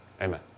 Amen